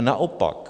Naopak.